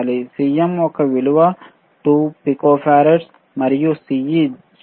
CM యొక్క విలువ 2 picofarad మరియు CE 0